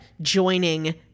joining